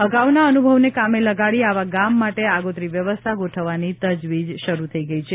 અગાઉના અનુભવને કામે લગાડી આવા ગામ માટે આગોતરી વ્યવસ્થા ગોઠવવાની તજવીજ શરૂ થઇ ગઇ છે